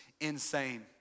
insane